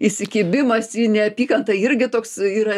įsikibimas į neapykantą irgi toks yra